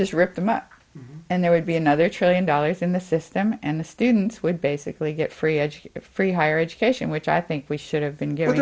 just rip them up and there would be another trillion dollars in the system and the students would basically get free education free higher education which i think we should have been given